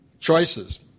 Choices